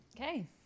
Okay